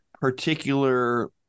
particular